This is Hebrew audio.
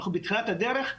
אנחנו בתחילת הדרך,